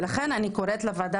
לכן אני קוראת לוועדה